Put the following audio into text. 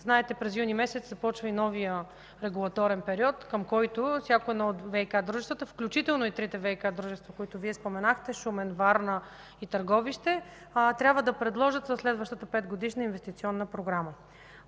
Знаете, че през месец юни започва новият регулаторен период, за който всяко от ВиК дружествата, включително и трите ВиК дружества, които споменахте – Шумен, Варна и Търговище, трябва да предложат следващата 5-годишна инвестиционна програма.